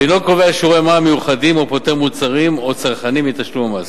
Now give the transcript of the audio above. אינו קובע שיעורי מע"מ מיוחדים או פוטר מוצרים או צרכנים מתשלום המס.